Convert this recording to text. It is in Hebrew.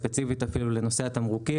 ספציפית לנושא התמרוקים,